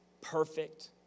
perfect